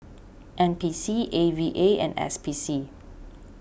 N P C A V A and S P C